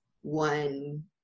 one